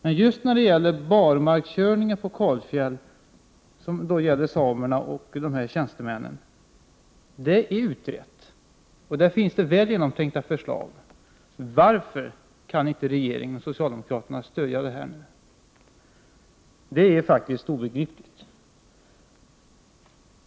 Men just frågan om barmarkskörning på kalfjäll, som då gäller samerna och vissa tjänstemän, är utredd. Där finns det väl genomtänkta förslag. Varför kan inte regeringen och socialdemokraterna stödja dessa? Det är faktiskt obegripligt.